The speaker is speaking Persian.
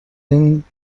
این